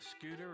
scooter